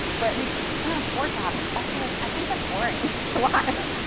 but we can't afford to have it. also, like i think that's boring to watch.